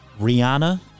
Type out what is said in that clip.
Rihanna